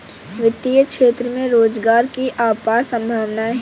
वित्तीय क्षेत्र में रोजगार की अपार संभावनाएं हैं